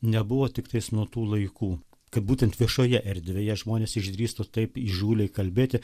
nebuvo tiktais nuo tų laikų kad būtent viešoje erdvėje žmonės išdrįstų taip įžūliai kalbėti